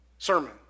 Sermon